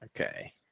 Okay